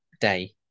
day